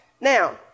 Now